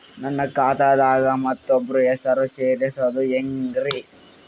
ನನ್ನ ಖಾತಾ ದಾಗ ಮತ್ತೋಬ್ರ ಹೆಸರು ಸೆರಸದು ಹೆಂಗ್ರಿ?